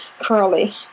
Curly